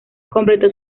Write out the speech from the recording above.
completó